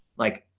like,